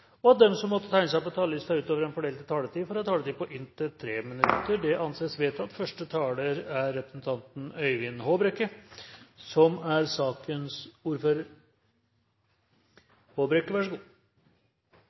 og at de som måtte tegne seg på talerlisten utover den fordelte taletid, får en taletid på inntil 3 minutter. – Det anses vedtatt. I en så mangefasettert sak, som